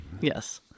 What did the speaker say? Yes